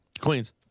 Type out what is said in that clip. Queens